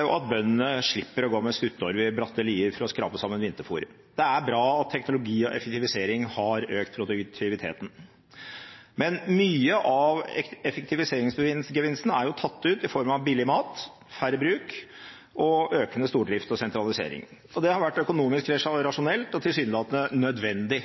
og at bøndene slipper å gå med stuttorv i bratte lier for å skrape sammen vinterfôret. Det er bra at teknologi og effektivisering har økt produktiviteten. Men mye av effektiviseringsgevinsten er tatt ut i form av billig mat, færre bruk og økende stordrift og sentralisering. Det har vært økonomisk rasjonelt og tilsynelatende nødvendig